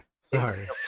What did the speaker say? sorry